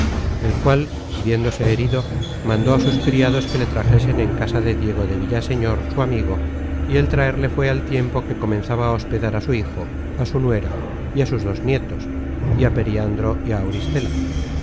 el cual viéndose herido mandó á sus criados que le trajesen en casa de diego de villaseñor su amigo y el traerle fué al tiempo que comenzaba á hospedar á su hijo á su nuera y á sus dos nietos y á periandro y á auristela